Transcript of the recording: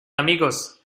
amigos